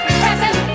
present